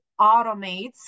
automates